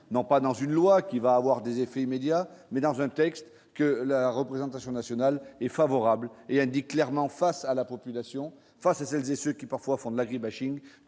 non pas dans une loi qui va avoir des effets immédiats mais dans un texte que la représentation nationale est favorable et indique clairement face à la population face à celles et ceux qui parfois font de l'agri-bashing